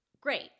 great